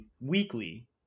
weekly